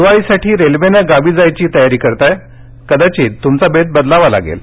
दिवाळीला रेल्वेनं गावी जायची तयारी करताय कदाचित बेत बदलावा लागेल